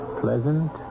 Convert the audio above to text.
pleasant